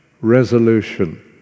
resolution